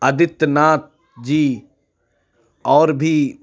آدتیہ ناتھ جی اور بھی